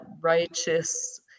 righteous